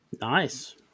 nice